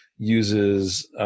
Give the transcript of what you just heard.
uses